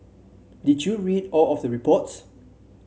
did you read all of the reports